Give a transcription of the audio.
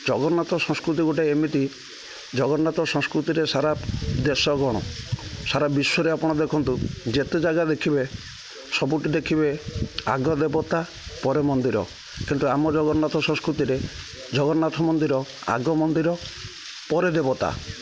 ଜଗନ୍ନାଥ ସଂସ୍କୃତି ଗୋଟେ ଏମିତି ଜଗନ୍ନାଥ ସଂସ୍କୃତିରେ ସାରା ଦେଶଗଣ ସାରା ବିଶ୍ୱରେ ଆପଣ ଦେଖନ୍ତୁ ଯେତେ ଜାଗା ଦେଖିବେ ସବୁଠି ଦେଖିବେ ଆଗ ଦେବତା ପରେ ମନ୍ଦିର କିନ୍ତୁ ଆମ ଜଗନ୍ନାଥ ସଂସ୍କୃତିରେ ଜଗନ୍ନାଥ ମନ୍ଦିର ଆଗ ମନ୍ଦିର ପରେ ଦେବତା